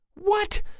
What